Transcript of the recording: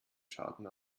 schaden